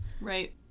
Right